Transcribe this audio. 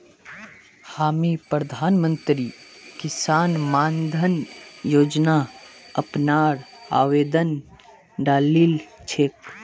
हामी प्रधानमंत्री किसान मान धन योजना अपनार आवेदन डालील छेक